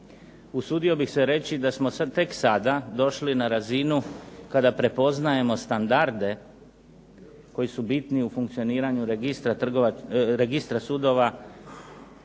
Usudio bih se reći da smo sada tek sada došli na razinu kada prepoznajemo standarde koji su bitni u funkcioniranju registra sudova,